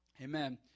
Amen